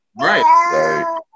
Right